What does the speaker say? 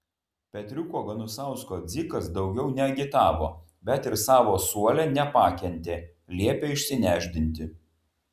petriuko ganusausko dzikas daugiau neagitavo bet ir savo suole nepakentė liepė išsinešdinti